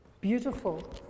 beautiful